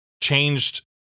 changed